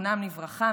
זיכרונם לברכה,